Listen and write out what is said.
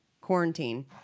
quarantine